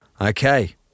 Okay